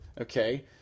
okay